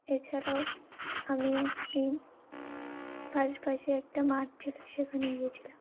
এছাড়াও আমি একদিন পাশেপাশে একটা মাঠ ছিলো সেখানে গিয়েছিলাম